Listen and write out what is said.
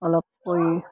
অলপ কৰি